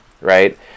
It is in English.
right